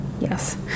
Yes